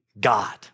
God